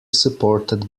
supported